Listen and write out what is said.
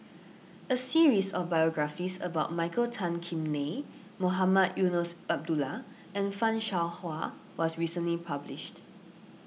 a series of biographies about Michael Tan Kim Nei Mohamed Eunos Abdullah and Fan Shao Hua was recently published